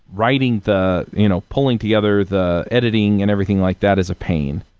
writing the you know pulling together the editing and everything like that is a pain,